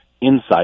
insight